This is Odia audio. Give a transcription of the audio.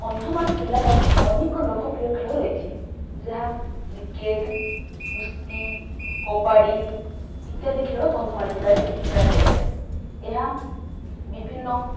କନ୍ଧମାଳ ଜିଲ୍ଲାର ଅନେକ ଲୋକପ୍ରିୟ ଖେଳ ରହିଛି ଯାହା କ୍ରିକେଟ କୁସ୍ତି କବାଡ଼ି ଇତ୍ୟାଦି ଖେଳ କନ୍ଧମାଳ ଜିଲ୍ଲାରେ ଖେଳାଯାଇଥାଏ ଏହା ବିଭିନ୍ନ